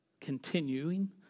Continuing